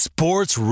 Sports